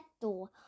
door